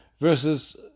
versus